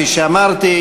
כפי שאמרתי,